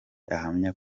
ahamya